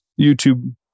YouTube